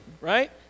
right